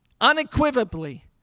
unequivocally